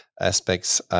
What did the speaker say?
aspects